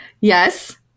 yes